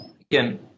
Again